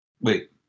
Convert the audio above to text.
wait